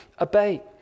obey